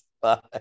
Bye